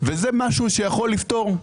זה משהו שיכול לפתור.